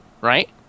Right